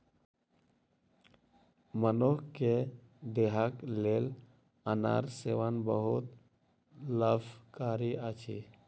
मनुख के देहक लेल अनार सेवन बहुत लाभकारी अछि